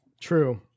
True